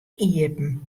iepen